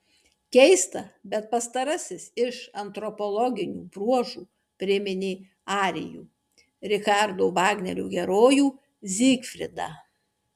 keista bet pastarasis iš antropologinių bruožų priminė arijų richardo vagnerio herojų zygfridą